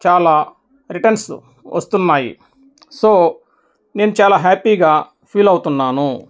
చాలా రిటన్స్ వస్తున్నాయి సో నేను చాలా హ్యాపీగా ఫీల్ అవుతున్నాను